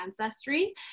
ancestry